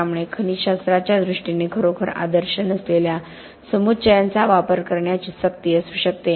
त्यामुळे खनिजशास्त्राच्या दृष्टीने खरोखर आदर्श नसलेल्या समुच्चयांचा वापर करण्याची सक्ती असू शकते